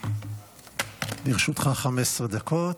לרשותך 15 דקות.